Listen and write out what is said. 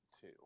two